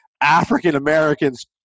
African-Americans